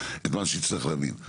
מי שיצטרך להבין את מה שצריך להבין.